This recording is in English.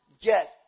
get